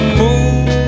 moon